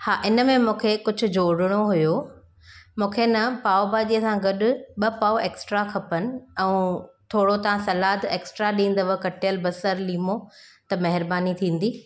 हा इनमें मूंखे कुझु जोड़िणो हुओ मूंखे न पाव भाॼीअ सां गॾु ॿ पाव एक्स्ट्रा खपनि ऐं थोरो तव्हां सलाद एक्स्ट्रा ॾींदव कटियलु बसरु लीमो त महिरबानी थींदी